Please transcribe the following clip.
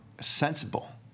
sensible